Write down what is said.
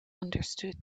understood